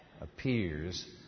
appears